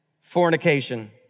fornication